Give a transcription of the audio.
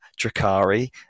Drakari